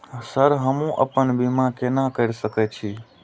Sir हमू अपना बीमा केना कर सके छी?